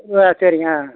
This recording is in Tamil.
ஆ சரிங்க